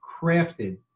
crafted